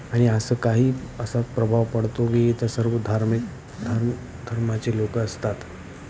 आणि असं काही असा प्रभाव पडतो की इथं सर्व धार्मिक धर्म धर्माचे लोकं असतात